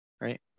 Right